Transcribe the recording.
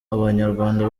abanyarwanda